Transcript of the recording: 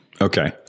Okay